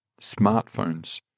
smartphones